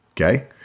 Okay